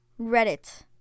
Reddit